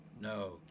No